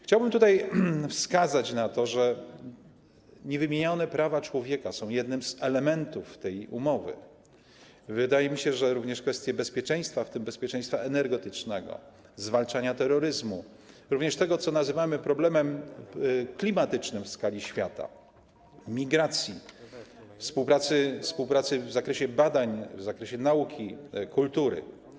Chciałbym tutaj wskazać na to, że niewymienione prawa człowieka są jednym z elementów tej umowy, wydaje mi się, że również kwestie bezpieczeństwa, w tym bezpieczeństwa energetycznego, zwalczania terroryzmu, również tego, co nazywamy problemem klimatycznym w skali świata, migracji, współpracy w zakresie badań, w zakresie nauki, kultury.